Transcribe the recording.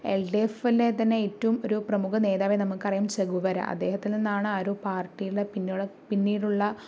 എൽഡിഎഫിലെ തന്നെ ഏറ്റവും ഒരു പ്രമുഖ നേതാവായി നമുക്കറിയാം ചെഗുവേര അദ്ദേഹത്തിൽ നിന്നാണ് ആ ഒരു പാർട്ടിയുടെ പിന്നൊടെ പിന്നീടുള്ള